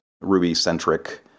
Ruby-centric